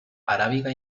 arábiga